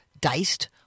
diced